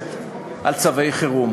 מבוססת על צווי חירום,